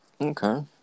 Okay